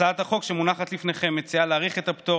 הצעת החוק שמונחת לפניכם מציעה להאריך את הפטור,